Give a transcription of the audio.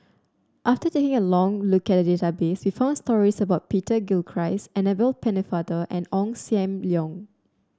after taking a long look at database we found stories about Peter Gilchrist Annabel Pennefather and Ong Sam Leong